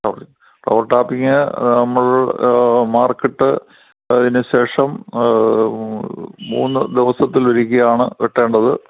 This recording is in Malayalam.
ഓക്കെ റബർ ട്ടാപ്പിങ്ങ് നമ്മൾ മാർക്കറ്റ് അതിന് ശേഷം മൂന്ന് ദിവസത്തിലൊരിക്കെയാണ് വെട്ടേണ്ടത്